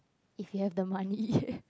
if you have the money